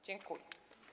Dziękuję.